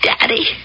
daddy